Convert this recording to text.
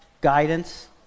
guidance